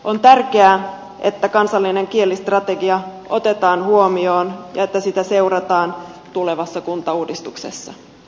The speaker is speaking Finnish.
on tärkeää että kansallinen kielistrategia otetaan huomioon ja että sitä seurataan tulevassa kuntauudistuksessa